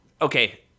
Okay